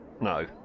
No